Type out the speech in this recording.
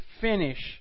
finish